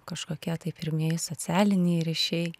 kažkokie tai pirmieji socialiniai ryšiai